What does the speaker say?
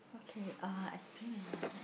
okay uh as